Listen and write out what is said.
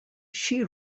she